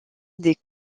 des